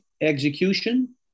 execution